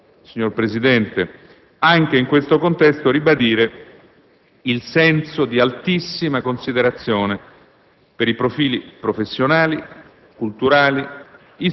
superfluo, signor Presidente, anche in questo contesto, ribadire il senso di altissima considerazione per i profili professionali,